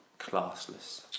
classless